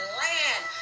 land